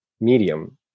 medium